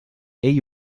ell